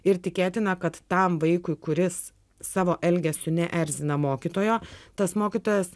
ir tikėtina kad tam vaikui kuris savo elgesiu neerzina mokytojo tas mokytojas